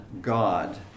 God